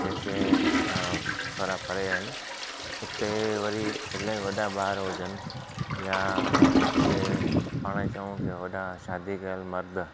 जेके थोरा परे आहिनि हुते वरी इलाही वॾा ॿार हुजनि या ऐं जिते पाणि चऊं की वॾा शादी कयल मर्द